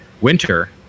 winter